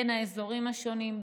בין האזורים השונים,